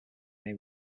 may